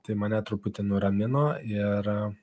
tai mane truputį nuramino ir